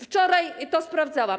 Wczoraj to sprawdzałam.